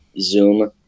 Zoom